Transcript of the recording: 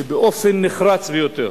ובאופן נחרץ ביותר: